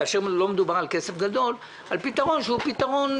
כאשר לא מדובר בכסף גדול אלא מדובר על פתרון זמני,